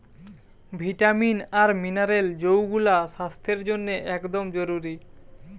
vitamin আর mineral যৌগুলা স্বাস্থ্যের জন্যে একদম জরুরি